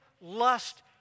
lust